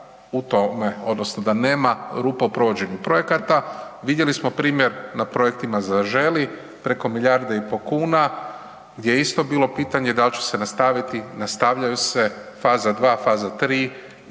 u tome odnosno da nema rupa u provođenju projekata. Vidjeli smo primjer na projektima „Zaželi“ preko milijarda i pol kuna gdje je isto bilo pitanje da li će se nastaviti. Nastavljaju se faza dva, faza